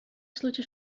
случаи